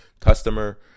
customer